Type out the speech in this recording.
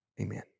Amen